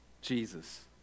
Jesus